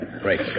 Great